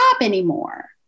anymore